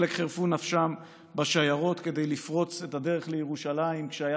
חלק חירפו את נפשם בשיירות כדי לפרוץ את הדרך לירושלים כשהיה